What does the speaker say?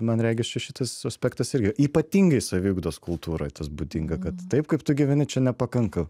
man regis čia šitas aspektas irgi ypatingai saviugdos kultūroj tas būdinga kad taip kaip tu gyveni čia nepakanka